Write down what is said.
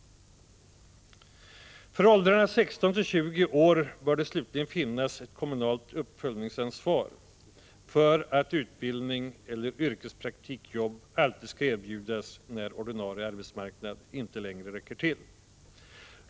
För ungdomar i åldern 16-20 år bör det finas ett kommunalt uppföljningsansvar för att utbildning eller yrkespraktiksjobb alltid skall erbjudas när den ordinarie arbetsmarknaden inte längre räcker till.